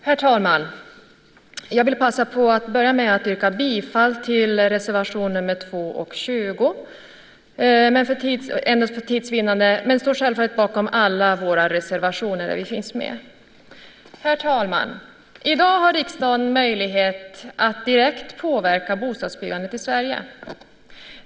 Herr talman! Jag vill börja med att för tids vinnande yrka bifall endast till reservationerna nr 2 och 20, men jag står självfallet bakom alla de reservationer där vi finns med. Herr talman! I dag har riksdagen möjlighet att direkt påverka bostadsbyggandet i Sverige.